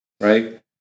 right